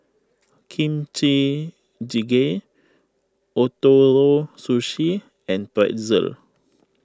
Kimchi Jjigae Ootoro Sushi and Pretzel